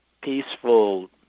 peaceful